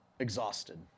Exhausted